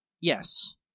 Yes